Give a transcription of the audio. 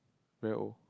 very old